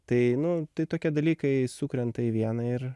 tai nu tai tokie dalykai sukrenta į vieną ir